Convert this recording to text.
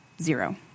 zero